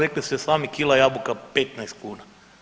Rekli ste sami kila jabuka 15 kuna.